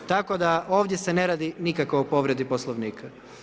Tako da ovdje se ne radi nikako o povredi Poslovnika.